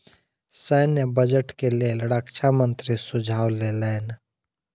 सैन्य बजट के लेल रक्षा मंत्री सुझाव लेलैन